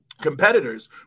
Competitors